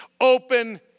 open